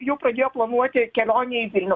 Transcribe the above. jau pradėjo planuoti kelionę į vilnių